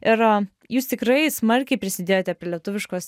ir jūs tikrai smarkiai prisidėjote prie lietuviškos